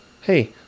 hey